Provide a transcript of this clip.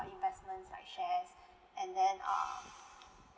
investment like shares and then uh